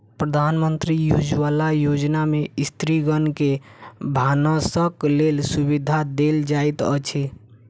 प्रधानमंत्री उज्ज्वला योजना में स्त्रीगण के भानसक लेल सुविधा देल जाइत अछि